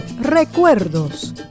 Recuerdos